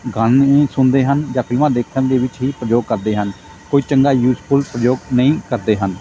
ਗਾਣੇ ਹੀ ਸੁਣਦੇ ਹਨ ਜਾਂ ਫਿਲਮਾਂ ਦੇਖਣ ਦੇ ਵਿੱਚ ਹੀ ਪ੍ਰਯੋਗ ਕਰਦੇ ਹਨ ਕੋਈ ਚੰਗਾ ਯੂਜ਼ਫੁੱਲ ਉਪਯੋਗ ਨਹੀਂ ਕਰਦੇ ਹਨ